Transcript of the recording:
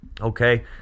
Okay